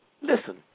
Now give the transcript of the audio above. Listen